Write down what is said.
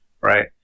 right